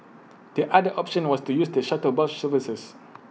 the other option was to use the shuttle bus services